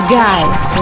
guys